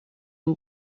and